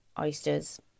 oysters